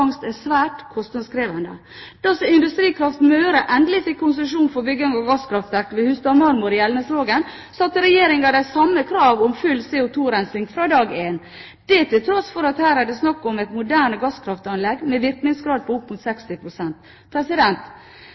bygging av gasskraftverk ved Hustad Marmor i Elnesvågen, satte Regjeringen de samme krav om full CO2-rensing fra dag én, det til tross for at her er det snakk om et moderne gasskraftanlegg med virkningsgrad opp mot